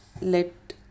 let